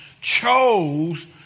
chose